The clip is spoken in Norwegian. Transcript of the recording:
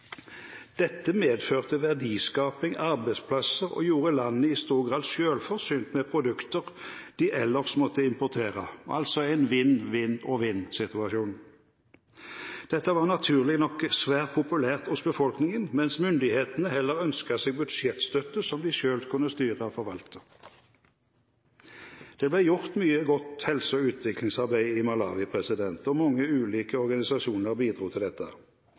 Dette medførte verdiskaping, arbeidsplasser og gjorde landet i stor grad selvforsynt med produkter de ellers måtte importere, altså en vinn-vinn-vinn-situasjon. Det var naturlig nok svært populært hos befolkningen, mens myndighetene heller ønsket seg budsjettstøtte, som de selv kunne styre og forvalte. Det ble gjort mye godt helse- og utviklingsarbeid i Malawi, og mange ulike organisasjoner bidro til dette.